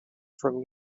from